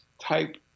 type